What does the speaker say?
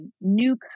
new